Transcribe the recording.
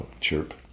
chirp